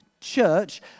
church